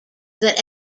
that